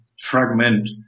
fragment